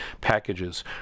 packages